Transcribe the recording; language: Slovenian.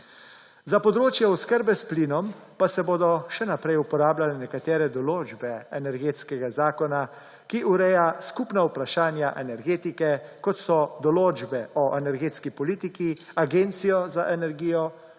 Za področje oskrbe s plinom pa se bodo še naprej uporabljale nekatere določbe Energetskega zakona, ki ureja skupna vprašanja energetike, kot so določbe o energetski politiki, Agenciji za energijo,